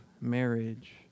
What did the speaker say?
marriage